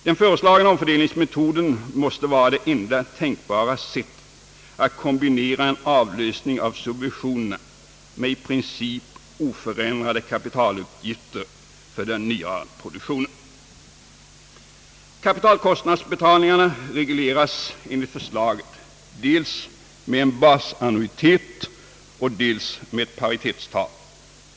Den föreslagna omfördelningsmetoden måste vara det enda tänkbara sättet att kombinera en avlösning av subventionerna med i princip oförändrade kapitalutgifter för den nyare produktionen. Kapitalkostnadsbetalningarna regleras enligt förslaget dels med en basannuitet och dels med ett paritetstal.